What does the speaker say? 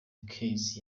keys